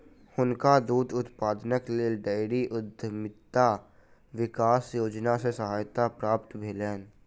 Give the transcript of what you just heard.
हुनका दूध उत्पादनक लेल डेयरी उद्यमिता विकास योजना सॅ सहायता प्राप्त भेलैन